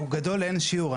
הוא גדול לאין שיעור.